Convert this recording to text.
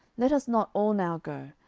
let us not all now go,